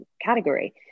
category